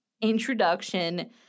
introduction